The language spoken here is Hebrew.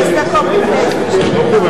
לשנת הכספים 2011, לא נתקבלו.